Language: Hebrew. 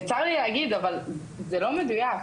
וצר לי להגיד, אבל זה לא מדוייק.